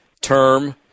term